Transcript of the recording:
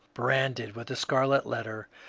branded with a scarlet letter,